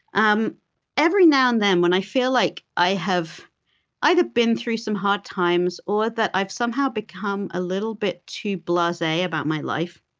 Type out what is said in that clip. um every now and then, when i feel like i have either been through some hard times or that i've somehow become a little bit too blase about my life,